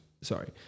sorry